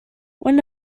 when